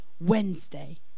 Wednesday